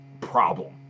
problem